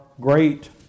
great